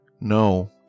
No